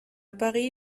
paris